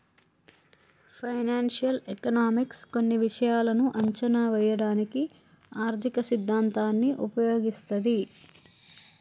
financial economics కొన్ని విషయాలను అంచనా వేయడానికి ఆర్థిక సిద్ధాంతాన్ని ఉపయోగిస్తది